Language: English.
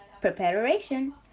preparation